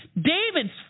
David's